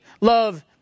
love